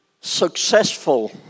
successful